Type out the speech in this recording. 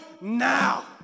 now